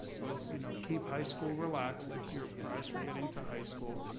was you know keep high school relaxed, it's your prize for getting to high school,